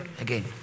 again